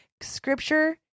Scripture